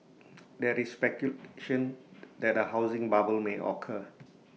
there is speculation that A housing bubble may occur